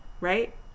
right